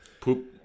Poop